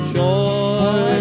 joy